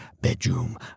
bedroom